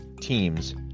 teams